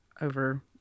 over